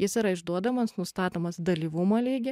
jis yra išduodamas nustatomas dalyvumo lygį